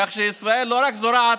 כך שישראל לא רק זורעת